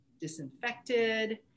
disinfected